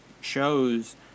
shows